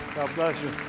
bless you.